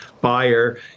buyer